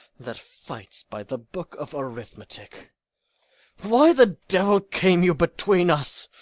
that fights by the book of arithmetic why the devil came you between us?